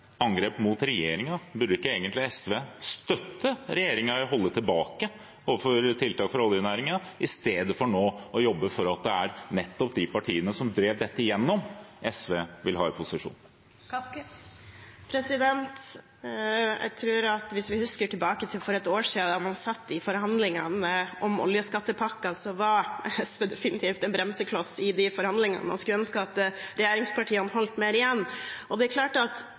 angrep mot regjeringen, burde ikke egentlig SV støtte regjeringen i å holde tilbake tiltak overfor oljenæringen og ikke nå å jobbe for at det nettopp er de partiene som drev dette igjennom, SV vil ha i posisjon? Hvis vi husker tilbake til for et år siden da man satt i forhandlinger om oljeskattepakken, var SV definitivt en bremsekloss i de forhandlingene og skulle ønske at regjeringspartiene holdt mer igjen. Jeg tror nok ikke at